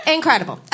Incredible